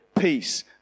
peace